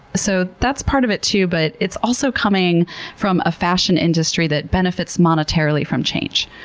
so that's part of it, too. but it's also coming from a fashion industry that benefits monetarily from change.